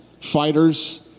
fighters